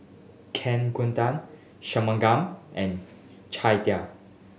Kaneganti Shunmugam and Chandi